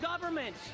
government